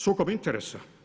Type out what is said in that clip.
Sukob interesa.